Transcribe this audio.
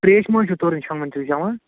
ترٛیش مہٕ حظ چھُو تُرِنۍ شامَن چھُو چٮ۪وان